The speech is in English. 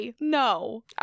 No